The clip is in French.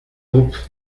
groupes